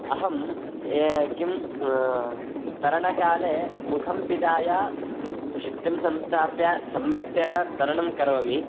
अहं किं तरणकाले मुखं पिधाय सुशक्तिं संस्थाप्य सम्यक्तया तरणं करोमि